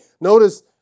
Notice